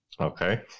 Okay